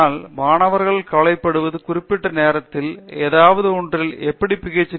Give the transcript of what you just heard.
ஆனால் மாணவர்கள் கவலைப்படுவது குறிப்பிட்ட நேரத்தில் எதாவது ஒன்றில் எப்படி பி